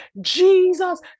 jesus